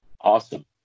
Awesome